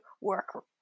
work